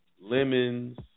Lemons